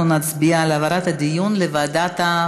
אנחנו נצביע על העברת הדיון לוועדה,